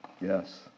yes